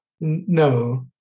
No